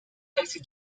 taxi